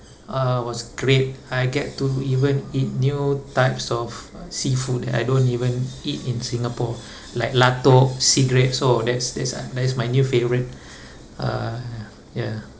uh was great I get to even eat new types of uh seafood that I don't even eat in Singapore like latok sea grapes oh that's that's a that is my new favourite uh ya